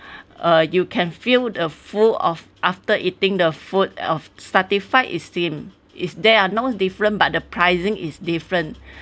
uh you can feel the full of after eating the food of satisfied is same is there are no different but the pricing is different